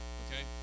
okay